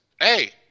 Hey